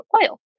oil